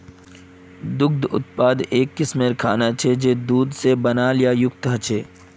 दुग्ध उत्पाद एक किस्मेर खाना छे जये दूध से बनाल या युक्त ह छे